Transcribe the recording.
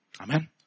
Amen